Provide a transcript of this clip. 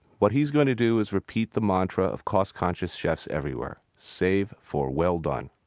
what he's going to do is repeat the mantra of cost-conscious chefs everywhere save for well-done.